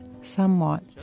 somewhat